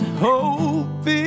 hope